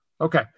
Okay